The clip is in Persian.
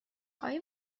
آیا